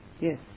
Yes